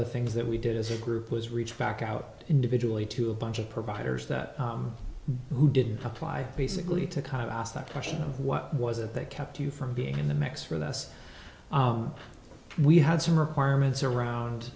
the things that we did as a group was reach back out individually to a bunch of providers that who didn't comply basically to kind of ask that question of what was it that kept you from being in the mix for the us we had some requirements around